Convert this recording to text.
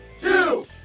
two